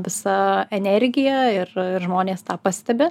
visa energija ir ir žmonės tą pastebi